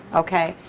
okay.